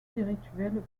spirituelle